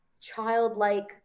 childlike